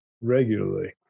regularly